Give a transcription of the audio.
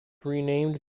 renamed